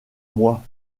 moi